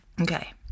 Okay